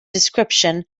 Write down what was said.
description